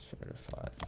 certified